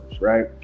right